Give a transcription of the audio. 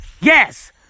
Yes